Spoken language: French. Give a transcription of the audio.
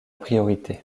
priorité